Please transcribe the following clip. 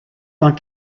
tant